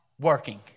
working